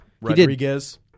Rodriguez